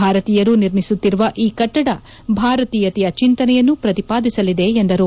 ಭಾರತೀಯರು ನಿರ್ಮಿಸುತ್ತಿರುವ ಈ ಕಟ್ಡದ ಭಾರತೀಯತೆಯ ಚಿಂತನೆಯನ್ನು ಪ್ರತಿಪಾದಿಸಲಿದೆ ಎಂದರು